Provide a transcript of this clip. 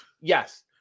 Yes